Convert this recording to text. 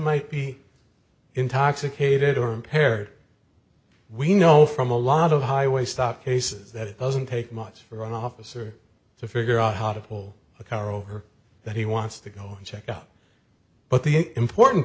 might be intoxicated or impaired we know from a lot of highway stop cases that it doesn't take much for an officer to figure out how to pull a car over that he wants to go check up but the important